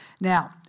Now